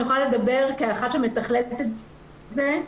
אני יכולה לדבר כאחת שמתחללת את זה,